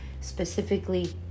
specifically